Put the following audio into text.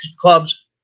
clubs